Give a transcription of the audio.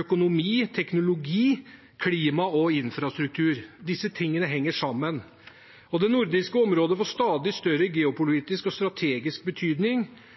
økonomi, teknologi, klima og infrastruktur. Disse tingene henger sammen. Det nordiske området får også stadig større geopolitisk og strategisk betydning.